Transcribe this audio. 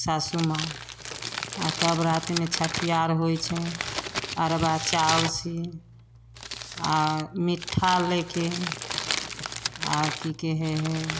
सासु माँ आओर तब रातिमे छठिआर होइ छै अरवा चाउरसे आओर मिठ्ठा लैके आओर कि कहै हइ